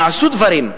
נעשו דברים.